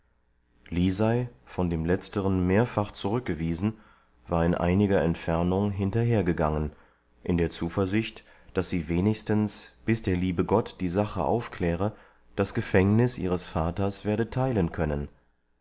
lisei von dem letzteren mehrfach zurückgewiesen war in einiger entfernung hinterhergegangen in der zuversicht daß sie wenigstens bis der liebe gott die sache aufkläre das gefängnis ihres vaters werde teilen können